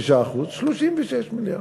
6% 36 מיליון.